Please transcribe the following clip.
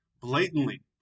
blatantly